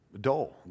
dull